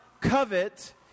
covet